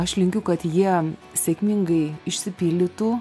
aš linkiu kad jie sėkmingai išsipildytų